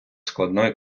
складної